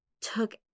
took